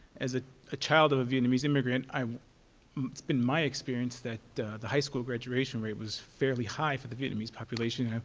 as ah a child of a vietnamese immigrant, i mean itis been my experience that the high school graduation rate was fairly high for the vietnamese population.